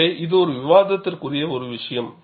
எனவே இது ஒரு விவாதத்திற்குறிய ஒரு விஷயம்